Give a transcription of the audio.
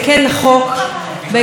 חוק מקורות אנרגיה,